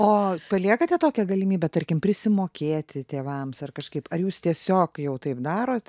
o paliekate tokią galimybę tarkim prisimokėti tėvams ar kažkaip ar jūs tiesiog jau taip darot